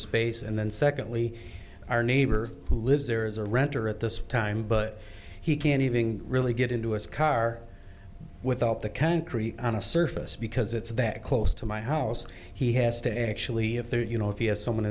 space and then secondly our neighbor who lives there is a renter at this time but he can't even really get into his car without the concrete on a surface because it's that close to my house he has to actually have through you know if he has someone